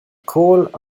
cold